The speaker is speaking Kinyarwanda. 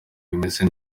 bimeze